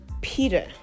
Peter